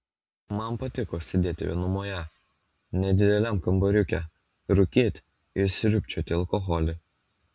man patiko sėdėti vienumoje nedideliam kambariuke rūkyti ir sriubčioti alkoholį